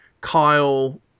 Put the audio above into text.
Kyle